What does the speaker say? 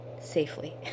safely